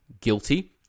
Guilty